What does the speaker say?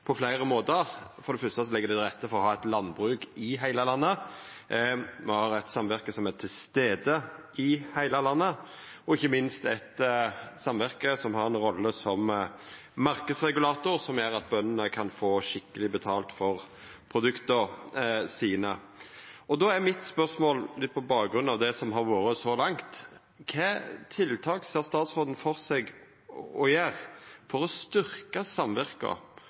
på fleire måtar. For det fyrste legg dei til rette for å ha eit landbruk i heile landet. Me har eit samverke som er til stades i heile landet, og ikkje minst eit samverke som har ei rolle som marknadsregulator som gjer at bøndene kan få skikkeleg betalt for produkta sine. Då er mitt spørsmål, litt på bakgrunn av det som har vore sagt så langt: Kva tiltak ser statsråden for seg å gjera for å styrkja samverka